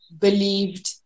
Believed